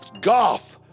golf